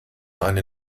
eine